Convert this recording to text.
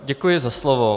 Děkuji za slovo.